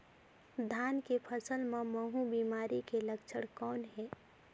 धान के फसल मे महू बिमारी के लक्षण कौन हे?